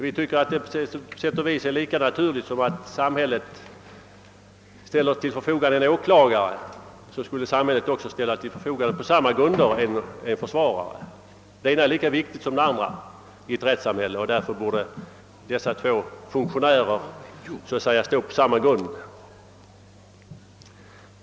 Vi tycker att det vore naturligt att samhället ställde försvarare till förfogande på samma grunder som man nu ställer åklagare till förfogande. Det ena är lika viktigt som det andra i ett rättssamhälle. Därför borde dessa två funktionärer stå på samma grund.